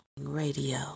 Radio